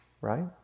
right